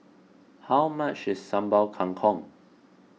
how much is Sambal Kangkong